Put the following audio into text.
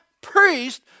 priest